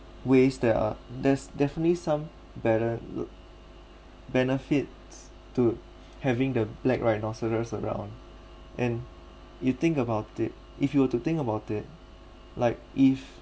ways that are there's definitely some better look benefits to having the black rhinoceros around and you think about it if you were to think about it like if